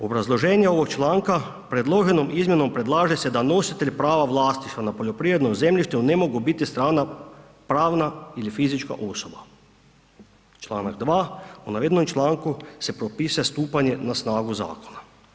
Obrazloženje ovog članka, „predloženom izmjenom predlaže se da nositelj prava vlasništva na poljoprivrednom zemljištu ne mogu biti strana pravna ili fizička osoba.“ Čl. 2.: „U navedenom članku se propisuje stupanje na snagu zakona.